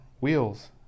wheels